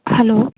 hello